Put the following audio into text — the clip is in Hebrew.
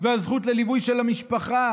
והזכות לליווי של המשפחה,